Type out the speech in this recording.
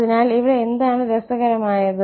അതിനാൽ ഇവിടെ എന്താണ് രസകരമായത്